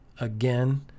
Again